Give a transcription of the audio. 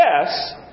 yes